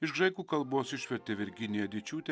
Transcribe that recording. iš graikų kalbos išvertė virginija dičiūtė